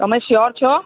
તમે સ્યોર છો